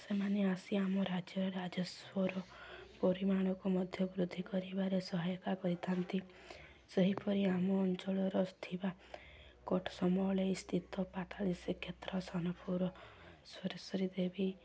ସେମାନେ ଆସି ଆମ ରାଜ୍ୟରେ ରାଜସ୍ୱର ପରିମାଣକୁ ମଧ୍ୟ ବୃଦ୍ଧି କରିବାରେ ସହାୟକ କରିଥାନ୍ତି ସେହିପରି ଆମ ଅଞ୍ଚଳର ଥିବା କଟସମଳେ ସ୍ଥିତ ପାତାଳି ଶ୍ରୀକ୍ଷେତ୍ର ସୋନପୁର ସୋରଶ୍ୱର ଦେବୀ